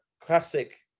classic